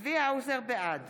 בעד